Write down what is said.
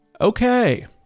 Okay